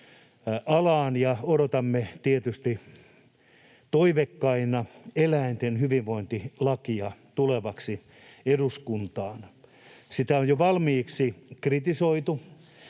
odotamme tietysti toiveikkaina eläinten hyvinvointilakia tulevaksi eduskuntaan. Sitä on jo valmiiksi kritisoitu,